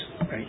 right